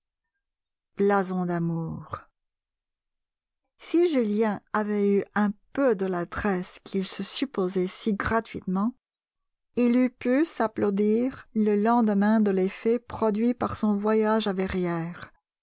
blason d'amour si julien avait eu un peu de l'adresse qu'il se supposait si gratuitement il eût pu s'applaudir le lendemain de l'effet produit par son voyage à verrières